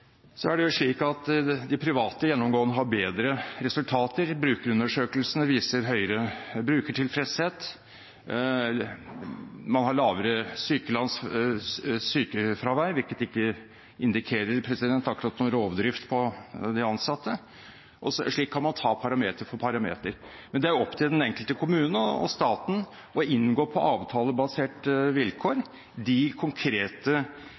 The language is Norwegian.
er det slik at de private gjennomgående har bedre resultater, brukerundersøkelsene viser høyere brukertilfredshet, man har lavere sykefravær, hvilket ikke akkurat indikerer noen rovdrift på de ansatte – og slik kan man ta parameter for parameter. Men det er opp til den enkelte kommune og staten å inngå på avtalebaserte vilkår de konkrete